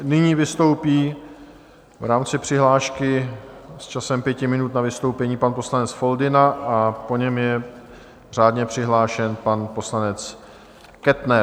Nyní vystoupí v rámci přihlášky s časem pěti minut na vystoupení pan poslanec Foldyna a po něm je řádně přihlášen pan poslanec Kettner.